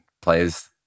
players